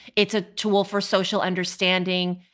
it's a tool for social understanding,